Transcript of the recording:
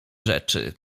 rzeczy